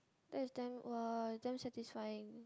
that's damn !woah! damn satisfying